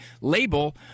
label